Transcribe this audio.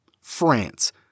France